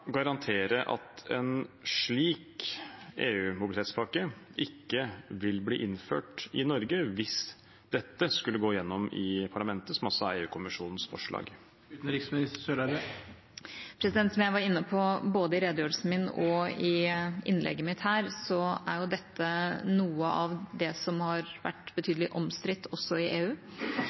garantere at en slik EU-mobilitetspakke ikke vil bli innført i Norge hvis dette skulle gå igjennom i parlamentet, som er EU-kommisjonens forslag? Som jeg var inne på både i redegjørelsen min og i innlegget mitt her i dag, er dette noe av det som har vært betydelig omstridt også i EU.